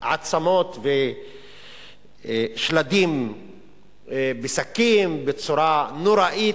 עצמות ושלדים בשקים בצורה נוראית.